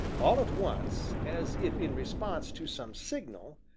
all at once, as if in response to some signal,